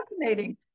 fascinating